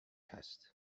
هست